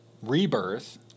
rebirth